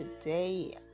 today